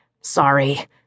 sorry